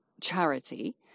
charity